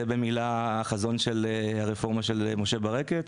זה חזון הרפורמה של משה ברקת.